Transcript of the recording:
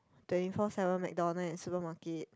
twenty four seven McDonald and supermarket